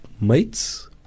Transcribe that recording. mates